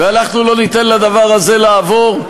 ואנחנו לא ניתן לדבר הזה לעבור.